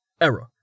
Error